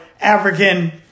African